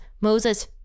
Moses